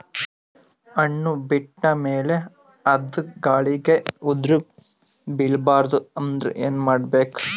ಹಣ್ಣು ಬಿಟ್ಟ ಮೇಲೆ ಅದ ಗಾಳಿಗ ಉದರಿಬೀಳಬಾರದು ಅಂದ್ರ ಏನ ಮಾಡಬೇಕು?